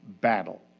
battle